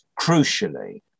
crucially